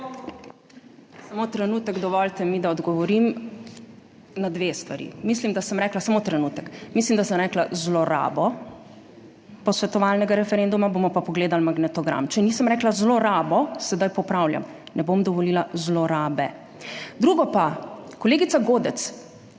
Samo trenutek, dovolite mi, da odgovorim na dve stvari. Mislim, da sem rekla, samo trenutek, mislim, da sem rekla zlorabo posvetovalnega referenduma, bomo pa pogledali magnetogram. Če nisem rekla zlorabo sedaj popravljam, ne bom dovolila zlorabe. Drugo pa, kolegica Godec,